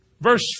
Verse